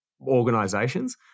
organizations